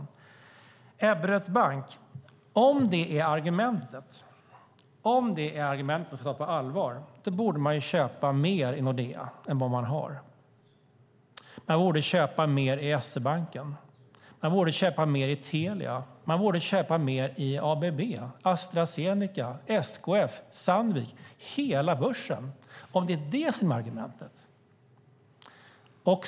Om Ebberöds bank är ett argument att ta på allvar borde man köpa mer i Nordea än vad man har. Man borde köpa mer i SE-banken. Man borde köpa mer i Telia. Man borde köpa mer i ABB, Astra Zeneca, SKF, Sandvik, hela börsen, om det är det som är argumentet.